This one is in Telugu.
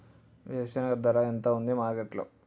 వేరుశెనగ ధర ఎంత ఉంది మార్కెట్ లో?